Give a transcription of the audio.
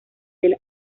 del